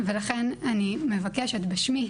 לכן אני מבקשת בשמי,